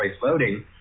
voting